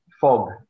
fog